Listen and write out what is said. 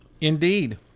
Indeed